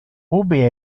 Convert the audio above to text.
ubi